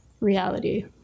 reality